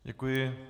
Děkuji.